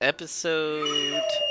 Episode